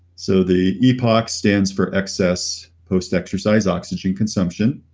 so the epoc stands for excess post-exercise oxygen consumption.